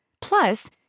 Plus